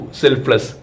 selfless